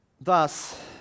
thus